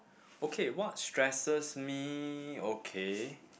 okay what stresses me okay